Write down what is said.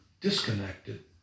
disconnected